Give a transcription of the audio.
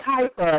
type